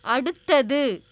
அடுத்தது